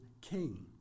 king